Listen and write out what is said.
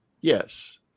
Yes